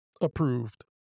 approved